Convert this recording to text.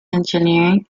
engineering